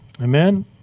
Amen